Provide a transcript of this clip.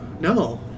No